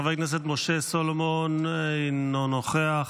חבר הכנסת משה סולומון, אינו נוכח.